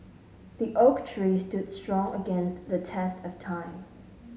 the oak tree stood strong against the test of time